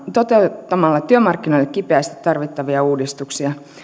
toteuttamalla työmarkkinoille kipeästi tarvittavia uudistuksia